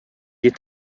est